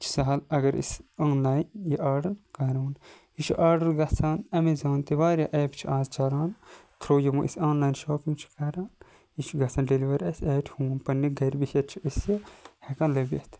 سَہَل اَگَر أسۍ آن لاین یہِ آرڈَر کَرو یہِ چھُ آرڈَر گَژھان اَمیزان تہِ واریاہ ایپ چھِ آز چَلان تھرو یِم أسۍ آن لاین شاپِنٛگ چھِ کَران یہِ چھُ گَژھان ڈیٚلِوَر اَسہِ ایٹ ہوم پَننہِ گَرِ بِہِتھ چھِ أسۍ یہِ ہیٚکان لٔبِتھ